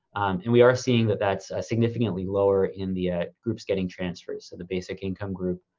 and we are seeing that that's a significantly lower in the groups getting transfers. so the basic income group,